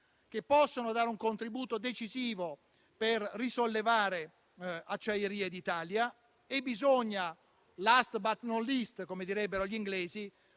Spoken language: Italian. che possono dare un contributo decisivo per risollevare Acciaierie d'Italia. E bisogna, *last but not least*, come direbbero gli inglesi,